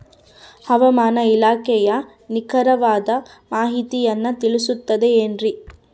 ಹವಮಾನ ಇಲಾಖೆಯ ನಿಖರವಾದ ಮಾಹಿತಿಯನ್ನ ತಿಳಿಸುತ್ತದೆ ಎನ್ರಿ?